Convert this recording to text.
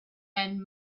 and